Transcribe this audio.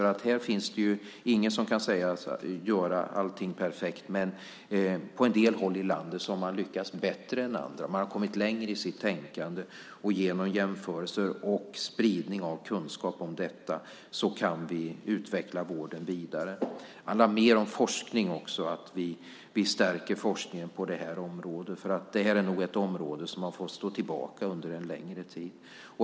Det finns ingen som kan sägas göra allt perfekt, men på en del håll i landet har man lyckats bättre än på andra. Man har kommit längre i sitt tänkande, och genom jämförelser och spridning av kunskap om detta kan vi utveckla vården vidare. Det handlar också om mer forskning. Vi ska stärka forskningen på detta område som har fått stå tillbaka under en längre tid.